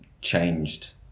changed